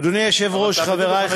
אדוני היושב-ראש, אבל תעמדו בחמש דקות.